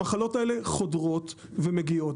המחלות האלה חודרות ומגיעות,